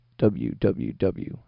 www